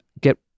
get